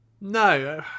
No